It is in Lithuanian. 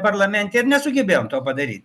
parlamente ir nesugebėjom to padaryt